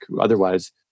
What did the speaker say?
Otherwise